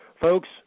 Folks